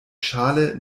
schale